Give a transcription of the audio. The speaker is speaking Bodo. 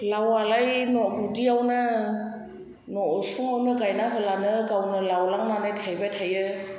लावआलाय न' गुदियावनो न' उसुङावनो गायना होब्लानो गावनो लावलांनानै थायबाय थायो